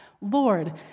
Lord